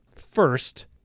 First